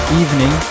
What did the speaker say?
evening